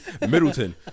Middleton